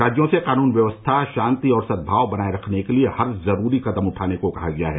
राज्यों से कानून व्यवस्था शांति और सद्भाव बनाये रखने के लिए हर जरूरी कदम उठाने को भी कहा गया है